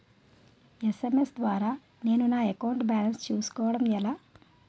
SMS ద్వారా నేను నా అకౌంట్ బాలన్స్ చూసుకోవడం ఎలా?